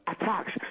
attacks